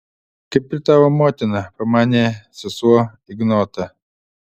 kaip ir tavo motina pamanė sesuo ignotą